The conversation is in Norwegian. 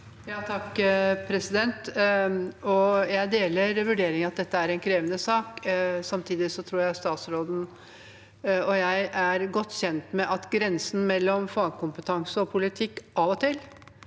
(H) Jeg deler vurderingen om at dette er en krevende sak. Samtidig tror jeg statsråden og jeg er godt kjent med grensen mellom fagkompetanse og politikk, og at